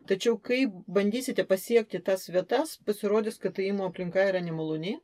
tačiau kai bandysite pasiekti tas vietas pasirodys kad ėjimo aplinka yra nemaloni